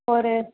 ஒரு